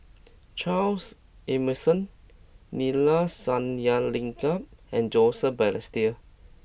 Charles Emmerson Neila Sathyalingam and Joseph Balestier